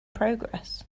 progress